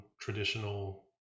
traditional